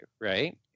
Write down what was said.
right